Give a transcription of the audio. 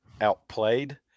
outplayed